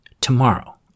Tomorrow